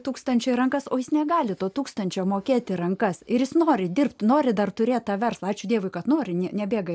tūkstančiai rankas o jis negali to tūkstančio mokėti rankas ir jis nori dirbti nori dar turėtą verslą ačiū dievui kad nori ne nebėga